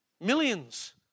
Millions